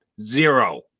Zero